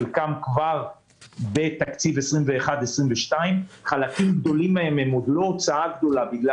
חלקם כבר בתקציב 21 22. חלקים גדולים מהם הם עוד לא הוצאה גדולה בגלל